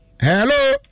Hello